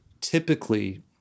typically